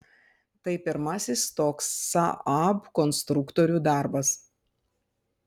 tai pirmasis toks saab konstruktorių darbas